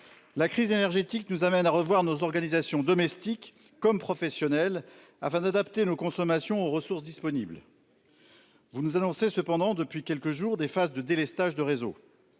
La crise énergétique, nous amène à revoir nos organisations domestique comme professionnel afin d'adapter nos consommations aux ressources disponibles. Vous nous annoncez cependant depuis quelques jours des phases de délestage de réseau.